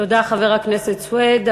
תודה, חבר הכנסת סוייד.